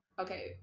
Okay